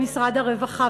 במשרד הרווחה,